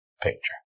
picture